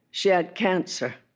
she had cancer.